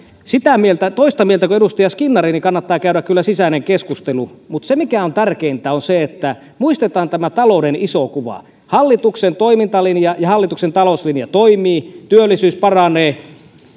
toista mieltä kuin edustaja skinnari niin kannattaa kyllä käydä sisäinen keskustelu mutta tärkeintä on se että muistetaan tämä talouden iso kuva hallituksen toimintalinja ja hallituksen talouslinja toimivat työllisyys paranee